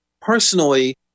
Personally